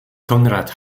conrad